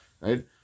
right